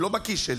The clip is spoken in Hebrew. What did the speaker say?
הם לא בכיס שלי,